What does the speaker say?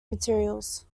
materials